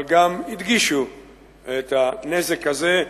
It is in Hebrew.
אבל גם הדגישו את הנזק הזה,